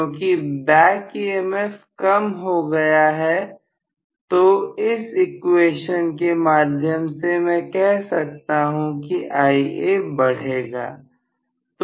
क्योंकि back EMF कम हो गया है तो इस इक्वेशन के माध्यम से मैं कह सकता हूं कि Ia बढ़ेगा